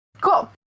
Cool